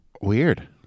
Weird